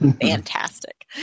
fantastic